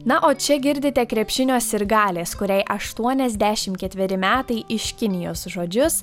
na o čia girdite krepšinio sirgalės kuriai aštuoniasdešimt ketveri metai iš kinijos žodžius